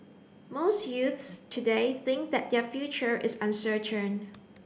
most youths today think that their future is uncertain